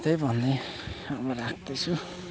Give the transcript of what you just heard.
यस्तै भन्ने अब राख्दैछु